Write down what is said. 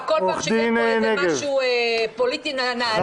כל פעם שיש פה משהו פוליטי מביאים אותה?